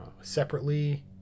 separately